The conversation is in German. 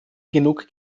genug